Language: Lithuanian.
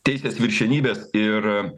teisės viršenybės ir